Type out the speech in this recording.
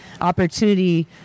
opportunity